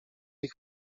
ich